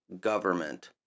government